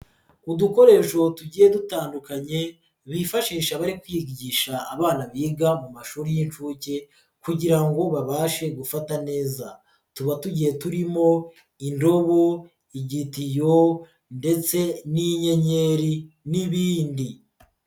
Udukoresho tugiye dutandukanye bifashisha bari kwigisha abana biga mu mashuri y'inshuke kugira ngo babashe gufata neza, tuba tugiye turimo indobo, igitiyo ndetse n'inyenyeri n'ibindi.